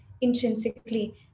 intrinsically